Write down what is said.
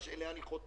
בוודאי.